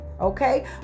Okay